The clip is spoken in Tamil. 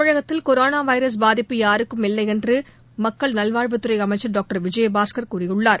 தமிழகத்தில் கொரோனா வைரஸ் பாதிப்பு யாருக்கும் இல்லையென்ற என்று மக்கள் நல்வாழ்வுத்துறை அமைச்சர் டாக்டர் விஜயபாஸ் கூறியுள்ளார்